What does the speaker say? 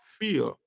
fear